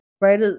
Right